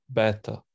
better